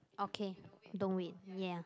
okay don't read ya